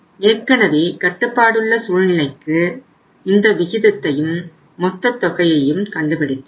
ஏற்கனவே கட்டுப்பாடுள்ள சூழ்நிலைக்கு இந்த விகிதத்தையும் மொத்தத் தொகையையும் கண்டுபிடித்தோம்